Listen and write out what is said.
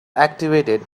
activated